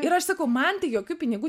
ir aš sakau man tai jokių pinigų